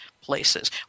places